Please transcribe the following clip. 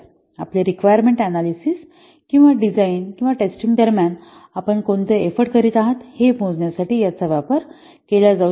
आपले requirement analysis किंवा design किंवा टेस्टिंग दरम्यान आपण कोणते प्रयत्न करीत आहात हे मोजण्यासाठी याचा वापर केला जाऊ शकत नाही